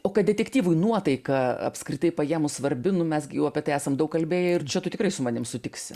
o kad detektyvui nuotaika apskritai paėmus svarbi nu mes gi jau apie tai esam daug kalbėję ir čia tu tikrai su manim sutiksi